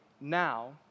now